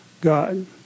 God